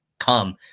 come